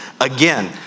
again